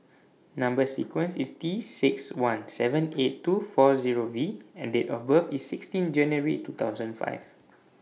Number sequence IS T six one seven eight two four Zero V and Date of birth IS sixteen January two thousand five